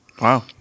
Wow